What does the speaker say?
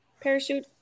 parachute